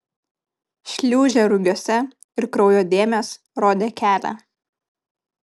šliūžė rugiuose ir kraujo dėmės rodė kelią